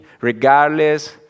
regardless